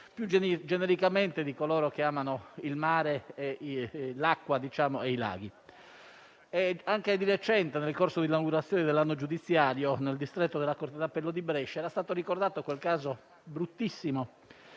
più genericamente, di coloro che amano il mare, l'acqua e i laghi. Anche di recente, nel corso dell'inaugurazione dell'anno giudiziario nel distretto della corte d'appello di Brescia, era stato ricordato il caso del bruttissimo